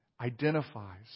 identifies